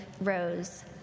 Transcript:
rose